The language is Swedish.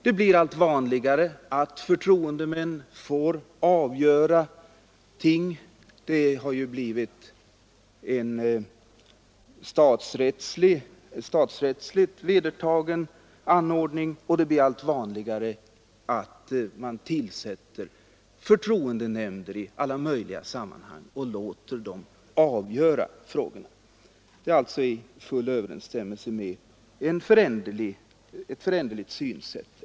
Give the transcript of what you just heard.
Det har blivit en statsrättsligt vedertagen ordning att förtroendemän får avgöra olika ting. Det blir vanligare att tillsätta förtroendenämnder i olika sammanhang och att låta dem fälla avgörandet.